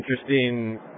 interesting